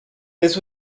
this